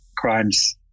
crimes